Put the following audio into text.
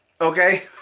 Okay